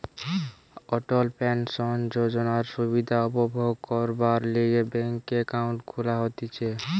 অটল pension যোজনার সুবিধা উপভোগ করবার লিগে ব্যাংকে একাউন্ট খুলা হতিছে